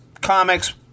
comics